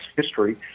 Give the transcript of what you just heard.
history